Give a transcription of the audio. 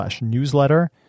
newsletter